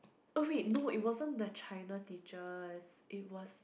oh wait it wasn't the China teachers it was